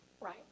Right